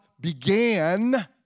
began